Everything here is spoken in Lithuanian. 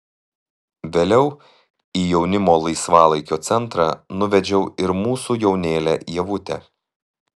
vėliau į jaunimo laisvalaikio centrą nuvedžiau ir mūsų jaunėlę ievutę